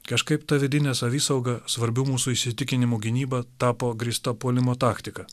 kažkaip ta vidinė savisauga svarbių mūsų įsitikinimų gynyba tapo grįsta puolimo taktika